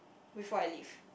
before I leave